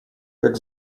как